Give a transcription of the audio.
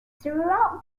throughout